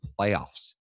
playoffs